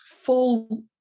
full